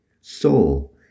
soul